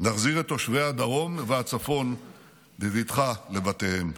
נחזיר את תושבי הדרום והצפון בבטחה לבתיהם,